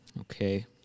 Okay